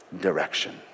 direction